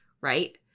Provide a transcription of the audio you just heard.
right